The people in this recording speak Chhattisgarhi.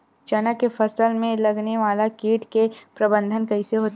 चना के फसल में लगने वाला कीट के प्रबंधन कइसे होथे?